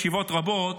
ישיבות רבות,